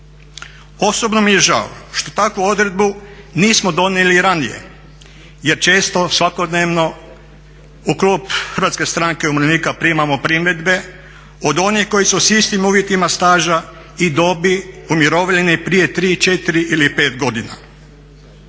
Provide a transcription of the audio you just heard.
Osobno mi je žao što takvu odredbu nismo donijeli i ranije jer često, svakodnevno u klub HSU-a primamo primjedbe od onih koji su s istim uvjetima staža i dobi umirovljeni prije 3, 4 ili 5 godina.